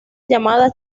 llamada